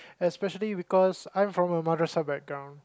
especially because I'm from a mother side background